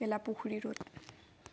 Gelapukhuri road